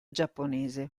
giapponese